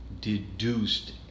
deduced